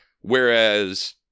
Whereas